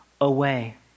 away